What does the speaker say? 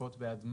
שוטפות בעד מה?